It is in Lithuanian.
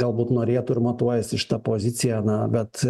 galbūt norėtų ir matuojasi šitą poziciją na bet